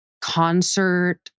concert